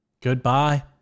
Goodbye